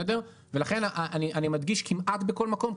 לכן אני מדגיש כמעט בכל מקום,